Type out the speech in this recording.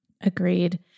Agreed